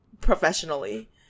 professionally